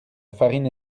farine